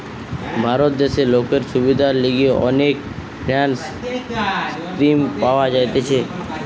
ভারত দেশে লোকের সুবিধার লিগে অনেক ফিন্যান্স স্কিম পাওয়া যাইতেছে